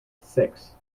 six